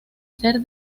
ser